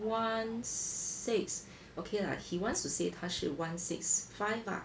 one six okay lah he wants to say 他是 one six five ah